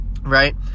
Right